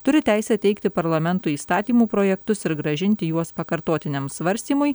turi teisę teikti parlamentui įstatymų projektus ir grąžinti juos pakartotiniam svarstymui